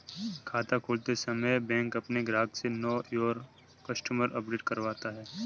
खाता खोलते समय बैंक अपने ग्राहक से नो योर कस्टमर अपडेट करवाता है